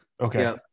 Okay